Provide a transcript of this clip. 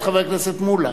את חבר הכנסת מולה.